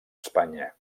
espanya